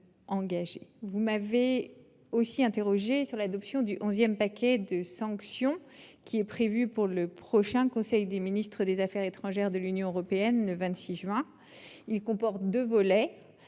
J'ai également été interrogée sur l'adoption du onzième paquet de sanctions, qui est prévue pour le prochain conseil des ministres des affaires étrangères de l'Union européenne le 26 juin prochain. Il comporte deux volets